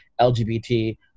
LGBT